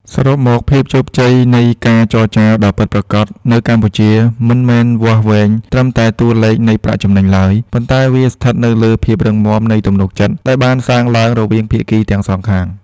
សរុបមក ជោគជ័យនៃការចរចាដ៏ពិតប្រាកដនៅកម្ពុជា មិនមែនវាស់វែងត្រឹមតែតួលេខនៃប្រាក់ចំណេញឡើយ ប៉ុន្តែវាស្ថិតនៅលើភាពរឹងមាំនៃទំនុកចិត្តដែលបានសាងឡើងរវាងភាគីទាំងសងខាង។